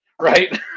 Right